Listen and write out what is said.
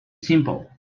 simple